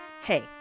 Hey